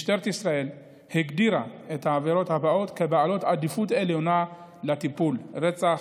משטרת ישראל הגדירה את העבירות הבאות כבעלות עדיפות עליונה לטיפול: רצח,